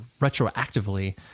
retroactively